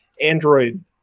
Android